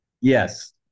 Yes